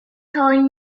telling